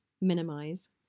minimize